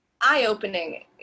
eye-opening